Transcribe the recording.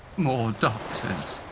more doctors.